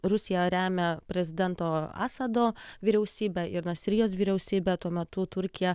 rusija remia prezidento assado vyriausybę ir sirijos vyriausybę tuo metu turkija